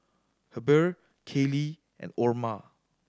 Heber Kaleigh and Orma